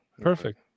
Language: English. perfect